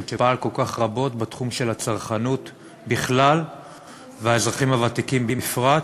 שפעל כל כך הרבה בתחום הצרכנות בכלל והאזרחים הוותיקים בפרט,